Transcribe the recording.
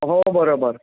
हो बरोबर